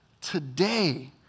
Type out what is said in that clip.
today